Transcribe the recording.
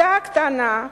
בתם הקטנה,